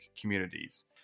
communities